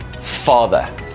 Father